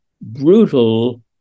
brutal